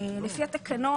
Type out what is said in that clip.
לפי התקנון,